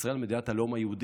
וישראל היא מדינת הלאום היהודי.